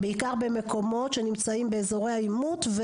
בעיקר במקומות שנמצאים באזורי העימות,